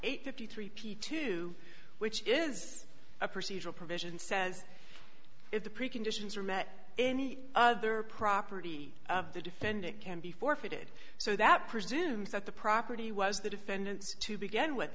eight fifty three p two which is a procedural provision says if the preconditions are met any other property of the defendant can be forfeited so that presumes that the property was the defendant to begin with